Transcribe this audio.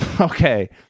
Okay